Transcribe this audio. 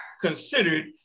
considered